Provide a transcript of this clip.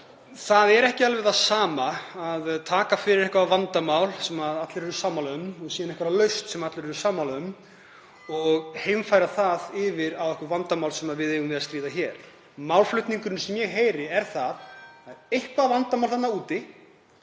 það er ekki alveg það sama að taka fyrir eitthvert vandamál sem allir eru sammála um og síðan einhverja lausn sem allir eru sammála um og heimfæra það á einhver vandamál sem við eigum við að stríða hér. Málflutningurinn sem ég heyri er: Það var eitthvert vandamál þarna úti